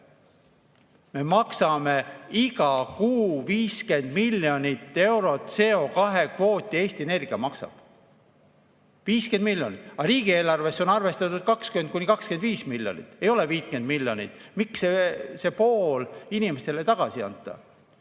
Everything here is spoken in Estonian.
Me maksame iga kuu 50 miljonit eurot CO2-kvooti. Eesti Energia maksab 50 miljonit, aga riigieelarvesse on arvestatud 20–25 miljonit, ei ole 50 miljonit. Miks seda poolt inimestele tagasi ei anta?